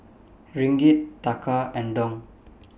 Ringgit Taka and Dong